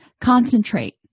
concentrate